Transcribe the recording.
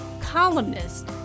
columnist